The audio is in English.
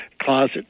closet